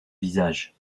visage